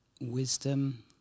wisdom